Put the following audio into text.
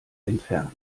entfernt